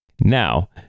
Now